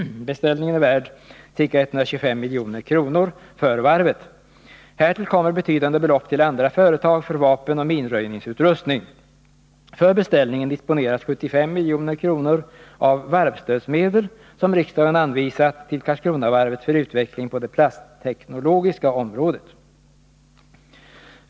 Beställningen är värd ca 125 milj.kr. för varvet. Härtill kommer betydande belopp till andra företag för vapen och minröjningsutrustning. För beställningen disponeras 75 milj.kr. av varvstödsmedel som riksdagen anvisat till Karlskronavarvet för utveckling på det plastteknologiska området.